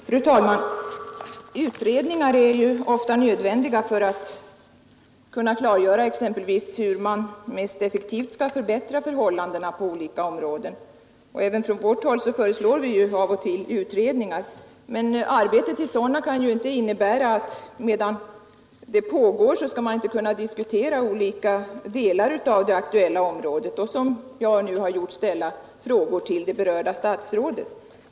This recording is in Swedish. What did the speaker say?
Fru talman! Utredningar är ofta nödvändiga för att man skall kunna klargöra exempelvis hur man mest effektivt skall förbättra förhållandena på olika områden. Även från vårt håll föreslår vi av och till utredningar. Men arbetet i sådana kan ju inte innebära att medan det pågår skall man inte kunna diskutera olika delar av det aktuella området och — som jag nu har gjort — ställa frågor till det berörda statsrådet.